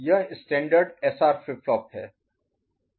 यह standard Standard मानक SR flip flop है